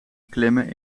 beklimmen